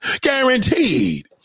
Guaranteed